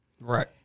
Right